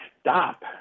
stop